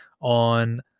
on